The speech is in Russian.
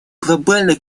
глобальная